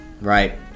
Right